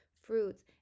fruits